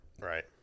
Right